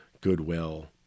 goodwill